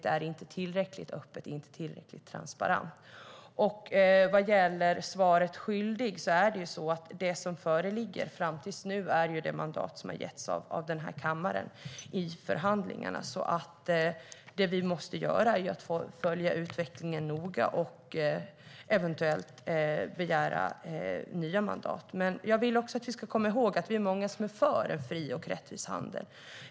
Den är inte tillräckligt öppen och inte tillräckligt transparent. Vad gäller att vara svaret skyldig är det så att det som föreligger fram till nu är det mandat som har getts av kammaren i förhandlingarna. Det vi måste göra är alltså att följa utvecklingen noga och eventuellt begära nya mandat. Jag vill dock att vi ska komma ihåg att vi är många som är för en fri och rättvis handel.